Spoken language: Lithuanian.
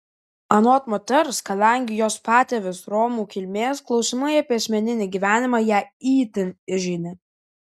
anot moters kadangi jos patėvis romų kilmės klausimai apie asmeninį gyvenimą ją itin žeidė